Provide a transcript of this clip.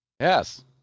Yes